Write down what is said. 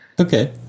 Okay